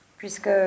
Puisque